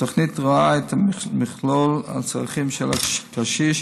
התוכנית רואה את מכלול הצרכים של הקשיש.